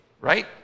right